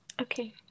Okay